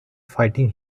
fighting